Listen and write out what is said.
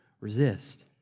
resist